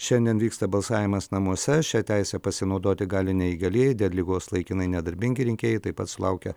šiandien vyksta balsavimas namuose šia teise pasinaudoti gali neįgalieji dėl ligos laikinai nedarbingi rinkėjai taip pat sulaukę